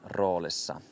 roolissa